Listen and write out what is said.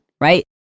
right